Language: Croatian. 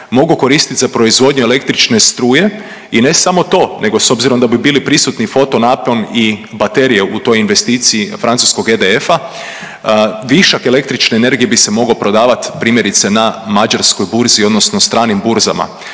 mogao koristiti za proizvodnju električne struje i ne samo to, nego s obzirom da bi bili prisutni fotonapon i baterije u toj investiciji francuskog EDF-a, višak električne energije bi se mogao prodavati, primjerice, na mađarskoj burzi odnosno stranim burzama